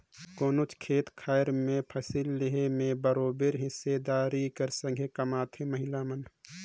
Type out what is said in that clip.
कोनोच खेत खाएर में फसिल लेहे में बरोबेर हिस्सादारी कर संघे कमाथें महिला मन